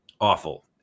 awful